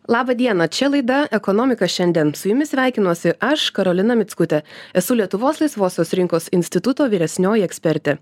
laba diena čia laida ekonomika šiandien su jumis sveikinuosi aš karolina mickutė esu lietuvos laisvosios rinkos instituto vyresnioji ekspertė